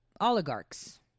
oligarchs